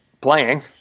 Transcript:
playing